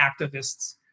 activists